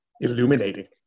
illuminating